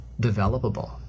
developable